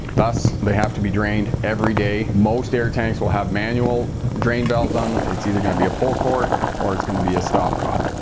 thus they have to be drained every day. most air tanks will have manual drain valve on them. it's either going to be a pull cord or it's going to be a stopcock.